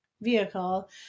vehicle